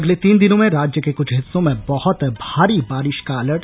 अगले तीन दिनों में राज्य के कुछ हिस्सों में बहुत भारी बारिश का अलर्ट